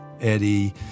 Eddie